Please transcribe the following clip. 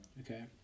Okay